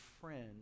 friend